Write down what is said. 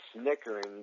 snickering